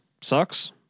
sucks